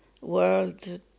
world